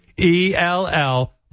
E-L-L